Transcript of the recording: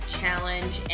challenge